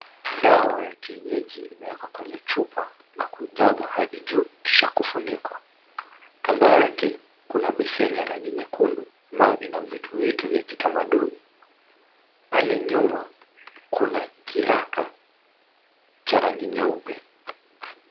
Dawa ya kienyeji imewekwa kwenye chupa na kujazwa hadi juu kisha kufunikwa. Kando yake kuna beseni ya rangi nyekundu ambayo ina vitu vya kitamaduni. Pale nyuma kuna kiraka cha rangi nyeupe.